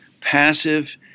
passive